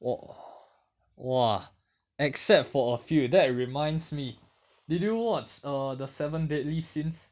w~ !wah! except for a few that reminds me did you watch err the seven deadly sins